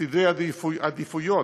סדרי עדיפויות,